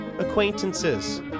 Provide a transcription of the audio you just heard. acquaintances